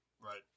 Right